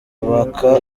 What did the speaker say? baka